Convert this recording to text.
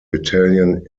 italian